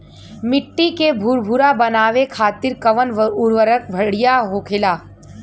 मिट्टी के भूरभूरा बनावे खातिर कवन उर्वरक भड़िया होखेला?